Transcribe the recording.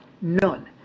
none